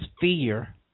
fear